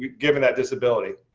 given that disability?